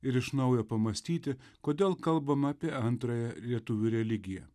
ir iš naujo pamąstyti kodėl kalbam apie antrąją lietuvių religiją